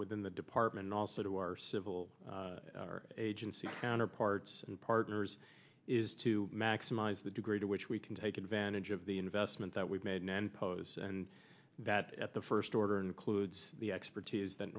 within the department also to our civil agency counterparts and partners is to maximize the degree to which we can take advantage of the investment that we've made and pows and that at the first order includes the expertise that